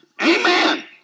Amen